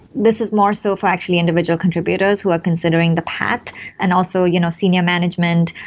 this is more so for actually individual contributors who are considering the path and also you know senior management.